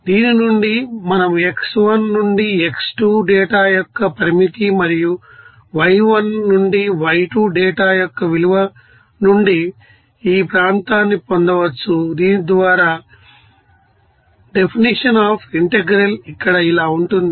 దీని నుండి మనం x1 నుండి x2 డేటా యొక్క పరిమితి మరియు y1 నుండి y2 డేటా యొక్క విలువ నుండి ఈ ప్రాంతాన్ని పొందవచ్చు దీని ద్వారా డెఫినిషన్ అఫ్ ఇంటెగ్రల్ ఇక్కడ ఇలా ఉంటుంది